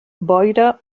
boira